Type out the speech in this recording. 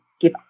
give